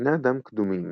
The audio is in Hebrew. בני אדם קדומים,